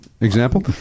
Example